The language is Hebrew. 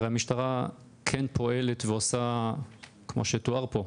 הרי המשטרה כן פועלת ועושה כמו שתואר פה,